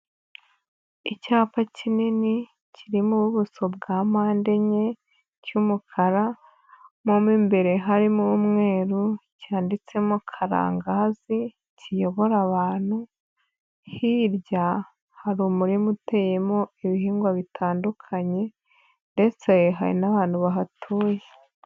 Icyapa kinini, kirimo ubuso bwapande enye cy'umukara, mo imbere harimo umweru, cyanditsemo Karangazi, kiyobora abantu, hirya hari umurima uteyemo ibihingwa bitandukanye ndetse hari n'abantu bahatuye.